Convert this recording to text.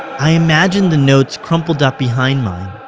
i imagined the notes crumpled up behind mine,